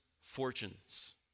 fortunes